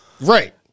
Right